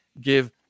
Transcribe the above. give